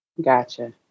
Gotcha